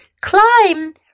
Climb